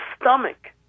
stomach